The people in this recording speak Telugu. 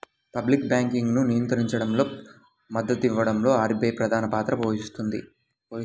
పబ్లిక్ బ్యాంకింగ్ను నియంత్రించడంలో, మద్దతునివ్వడంలో ఆర్బీఐ ప్రధానపాత్ర పోషిస్తది